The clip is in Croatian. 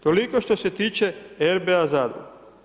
Toliko što se tiče RBA zadruge.